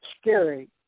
scary